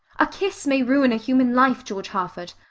a kiss may ruin a human life, george harford.